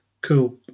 Cool